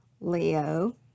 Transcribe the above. Leo